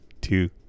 two